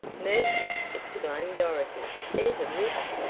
mercy! exclaimed dorothy, there's a river!